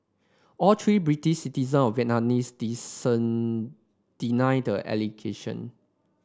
all three British citizen of Vietnamese descent deny the allegation